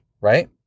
right